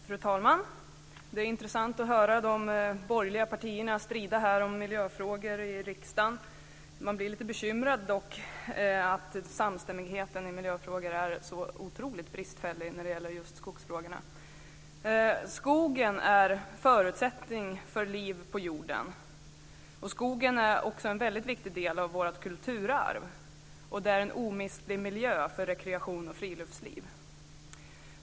Fru talman! Det är intressant att höra de borgerliga partierna strida om miljöfrågor här i riksdagen. Man blir dock lite bekymrad över att samstämmigheten i miljöfrågor är så otroligt bristfällig när det gäller just skogsfrågorna. "Skogen är en förutsättning för liv på jorden. Men skogen är också en viktig del av vårt kulturarv och en omistlig miljö för rekreation och friluftsliv.